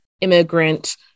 immigrant